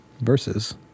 versus